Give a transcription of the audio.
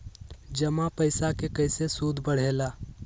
जमा पईसा के कइसे सूद बढे ला?